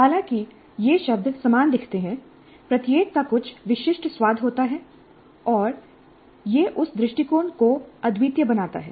हालांकि ये शब्द समान दिखते हैं प्रत्येक का कुछ विशिष्ट स्वाद होता है और यह उस दृष्टिकोण को अद्वितीय बनाता है